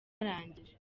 barangije